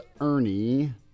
Ernie